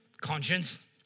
conscience